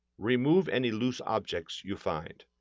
remove any loose objects you find.